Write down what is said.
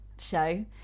show